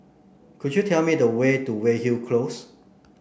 could you tell me the way to Weyhill Close